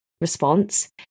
response